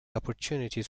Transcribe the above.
opportunities